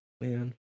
man